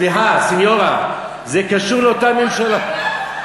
סליחה, סניורה, זה קשור לאותה ממשלה.